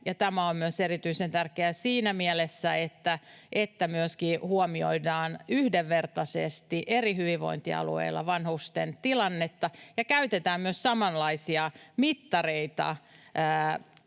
Tämä on myös erityisen tärkeää siinä mielessä, että myöskin huomioidaan yhdenvertaisesti eri hyvinvointialueilla vanhusten tilannetta ja käytetään myös samanlaisia mittareita